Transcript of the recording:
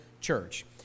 church